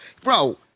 bro